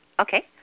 Okay